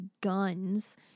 guns